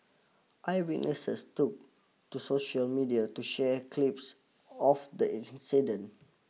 eyewitnesses took to social media to share clips of the incident